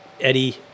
Eddie